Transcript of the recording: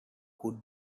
could